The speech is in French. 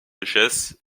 richesses